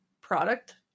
product